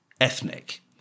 ethnic